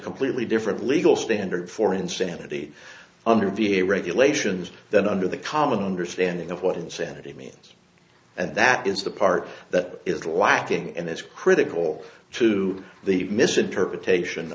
completely different legal standard for insanity under v a regulations than under the common understanding of what insanity means and that is the part that is lacking and that's critical to the misinterpretation